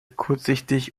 kurzsichtig